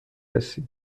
هستی